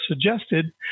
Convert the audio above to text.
suggested